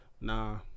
nah